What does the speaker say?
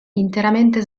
interamente